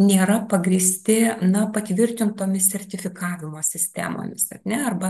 nėra pagrįsti na patvirtintomis sertifikavimo sistemomis ar ne arba